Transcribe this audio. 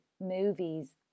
movies